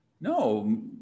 no